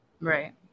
Right